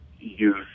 use